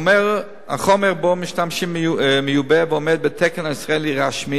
החומר שבו משתמשים מיובא ועומד בתקן הישראלי רשמי,